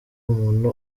umuntu